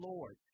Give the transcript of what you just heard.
Lord